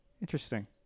Interesting